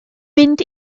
mynd